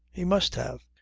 he must have.